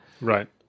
Right